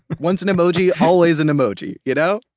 once an emoji, always an emoji, you know?